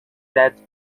that